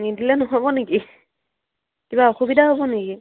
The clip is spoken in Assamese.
নিদিলে নহ'ব নেকি কিবা অসুবিধা হ'ব নেকি